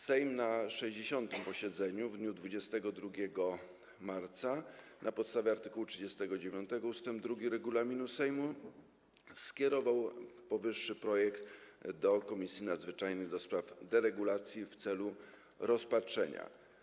Sejm na 60. posiedzeniu w dniu 22 marca na podstawie art. 39 ust. 2 regulaminu Sejmu skierował powyższy projekt do Komisji Nadzwyczajnej do spraw deregulacji w celu rozpatrzenia.